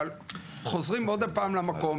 אבל חוזרים עוד הפעם למקום.